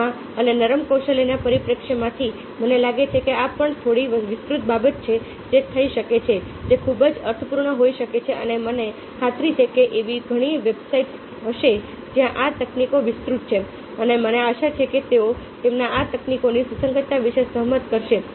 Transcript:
સંદર્ભમાં અને નરમ કૌશલ્યના પરિપ્રેક્ષ્યમાંથી મને લાગે છે કે આ પણ થોડી વિસ્તૃત બાબત છે જે થઈ શકે છે જે ખૂબ જ અર્થપૂર્ણ હોઈ શકે છે અને મને ખાતરી છે કે એવી ઘણી વેબસાઇટ્સ હશે જ્યાં આ તકનીકો વિસ્તૃત છે અને મને આશા છે કે તેઓ તમને આ તકનીકોની સુસંગતતા વિશે સહમત કરશે